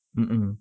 mm mm